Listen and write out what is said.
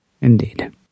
Indeed